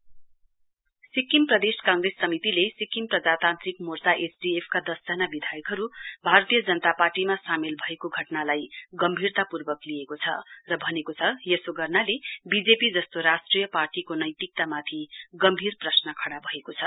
S P C C Sikkim Pradesh Congress समितिले Sikkim Prajatantrik Morcha S D F का दशजना विधायकहरु भारतीय जनता पार्टीमा सामेल भएको घटनालाई गम्भीरतापूर्वक लिएको छ र भनेको छ यसो गर्नले बीजेपी जस्तो राष्ट्रिय पार्टीको नैतिकामाथि गम्भीर प्रश्न खड़ा भएको छ